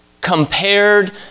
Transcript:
compared